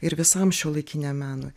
ir visam šiuolaikiniam menui